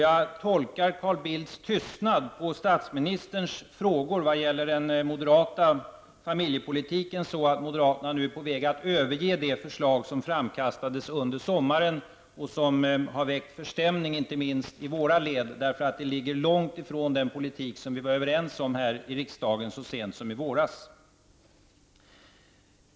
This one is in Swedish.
Jag tolkar Carl Bildts tystnad på statsministerns frågor vad gäller den moderata familjepolitiken så att moderaterna är på väg att överge de förslag som har framkastats under sommaren och som har väckt förstämning, inte minst i våra led, därför att de ligger långt från den politik som vi var överens om här i riksdagen så sent som i våras.